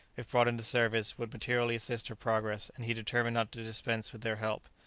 if brought into service, would materially assist her progress, and he determined not to dispense with their help.